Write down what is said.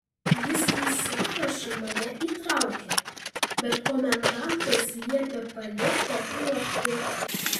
jis į sąrašą mane įtraukė bet komendantas liepė palėpę kuopti